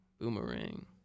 Boomerang